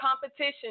competition